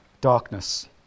darkness